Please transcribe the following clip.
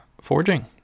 forging